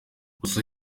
gusa